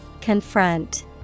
Confront